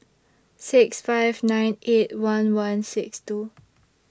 six five nine eight one one six two